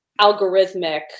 algorithmic